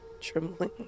Trembling